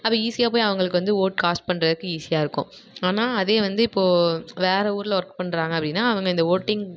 அப்போ ஈசியாக போய் அவங்களுக்கு வந்து ஓட் காஸ்ட் பண்ணுறதுக்கு ஈசியாக இருக்கும் ஆனால் அதே வந்து இப்போ வேறு ஊரில் ஒர்க் பண்ணுறாங்க அப்படின்னா அவங்க இந்த ஓட்டிங்